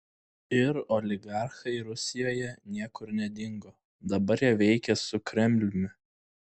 ir oligarchai rusijoje niekur nedingo dabar jie veikia su kremliumi